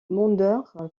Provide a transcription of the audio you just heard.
mandeure